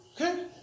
Okay